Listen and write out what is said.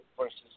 versus